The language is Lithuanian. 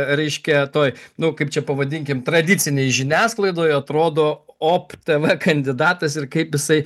reiškia toj nu kaip čia pavadinkim tradicinėj žiniasklaidoj atrodo op tv kandidatas ir kaip jisai